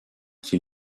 qui